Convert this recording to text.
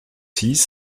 six